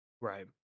right